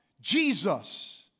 Jesus